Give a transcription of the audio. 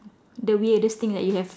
the weirdest thing that you have